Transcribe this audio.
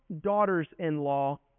daughters-in-law